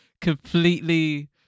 completely